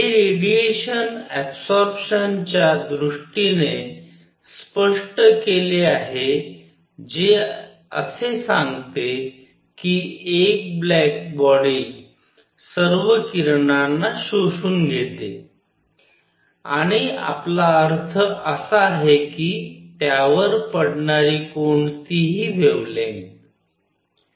हे रेडिएशन ऍबसॉरपशनच्या दृष्टीने स्पष्ट केले आहे जे असे सांगते की एक ब्लॅक बॉडी सर्व किरणांना शोषून घेते आणि आपला अर्थ असा आहे की त्यावर पडणारी कोणतीही वेव्हलेंग्थ